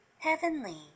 Heavenly